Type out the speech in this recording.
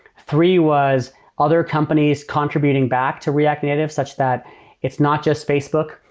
three was other companies contravening back to react native, such that it's not just facebook.